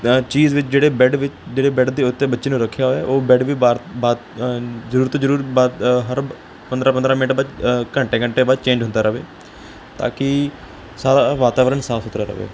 ਚੀਜ਼ ਵਿੱਚ ਜਿਹੜੇ ਬੈੱਡ ਜਿਹੜੇ ਬੈੱਡ ਦੇ ਉੱਤੇ ਬੱਚੇ ਨੂੰ ਰੱਖਿਆ ਹੋਇਆ ਉਹ ਬੈਡ ਵੀ ਵਾਰ ਵਾਰ ਜ਼ਰੂਰ ਤੋਂ ਜ਼ਰੂਰ ਬਾਤ ਹਰ ਪੰਦਰਾਂ ਪੰਦਰਾਂ ਮਿੰਟ ਬਾਅਦ ਘੰਟੇ ਘੰਟੇ ਬਾਅਦ ਚੇਂਜ ਹੁੰਦਾ ਰਹੇ ਤਾਂ ਕੀ ਸਾਰਾ ਵਾਤਾਵਰਨ ਸਾਫ਼ ਸੁਥਰਾ ਰਹੇ